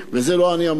את זה לא אני אמרתי,